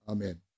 Amen